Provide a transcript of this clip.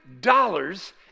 dollars